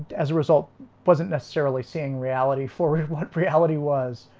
as a result wasn't necessarily seeing reality for what reality was